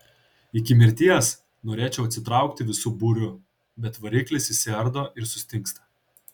iki mirties norėčiau atsitraukti visu būriu bet variklis išsiardo ir sustingsta